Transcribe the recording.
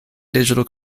digital